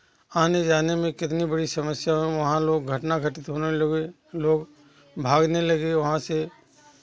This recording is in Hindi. आने जाने में कितनी बड़ी समस्या हुई वहाँ लोग घटना घटित होने लगे लोग भागने लगे वहाँ से